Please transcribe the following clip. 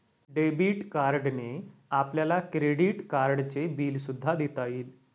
debit कार्डने आपल्याला credit कार्डचे बिल सुद्धा देता येईल